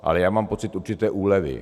Ale já mám pocit určité úlevy.